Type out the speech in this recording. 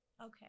Okay